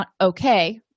okay